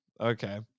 okay